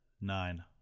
Nine